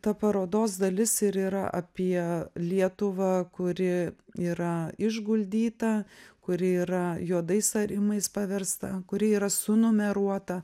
ta parodos dalis ir yra apie lietuvą kuri yra išguldyta kuri yra juodais arimais paversta kuri yra sunumeruota